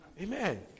Amen